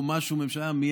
משהו פה ומשהו שם,